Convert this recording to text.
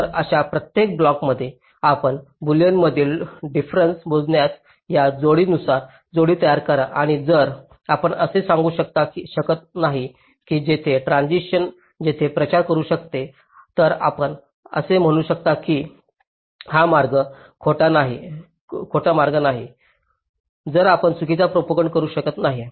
तर अशा प्रत्येक ब्लॉक्समध्ये आपण बुलियनमधील डिफरेन्स मोजल्यास या जोडीनुसार जोडी तयार करा आणि जर आपण असे सांगू शकत नाही की येथे ट्रान्सिशन्स येथे प्रचार करू शकते तर आपण असे म्हणू शकता की हा मार्ग खोटा मार्ग नाही जर आपण चुकीचा प्रोपागंट करू शकत नाही